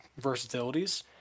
versatilities